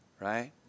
Right